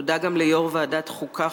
תודה גם ליושב-ראש ועדת חוקה,